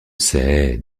sais